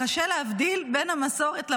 קשה להבדיל בין המסורת למורשת.